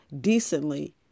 decently